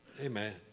Amen